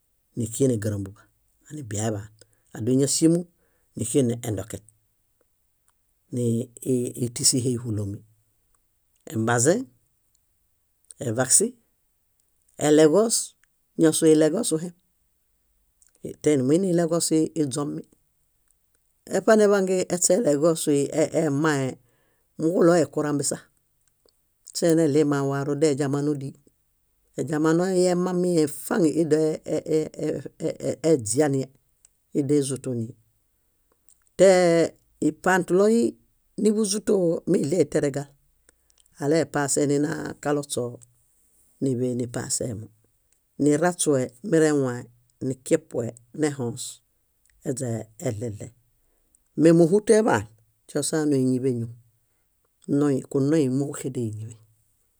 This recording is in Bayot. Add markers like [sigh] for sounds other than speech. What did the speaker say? Níxien égrambuḃa, anibiaeḃaan. Ádoñasimu, níxien endoket; nii ítisuhe íhulomi: embazẽ, evaksi, eleġos; ñásoo ileġosuhem, tenimuini ileġos iźomi. Eṗeneḃangen eśe eleġosui emãhe niġulohe kurambisa eśe nelie mawaru déźamano díi. Éźamano emamihem faŋ íi do [hesitation] eźianihe, íi dóezutonihe. Tee ipãtolõhi níḃuzutoo milie itereġa. Aleepase ninaġalośoo níḃe nipaseemo. Niraśue merewãe, nikepue nehũus aźaa eɭeɭe. Mee móhuto eḃaan, śosanui ñíḃeñom. Kunoi móġuxedei ñíḃeñ.